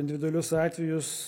individualius atvejus